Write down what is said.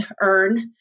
earn